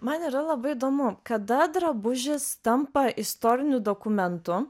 man yra labai įdomu kada drabužis tampa istoriniu dokumentu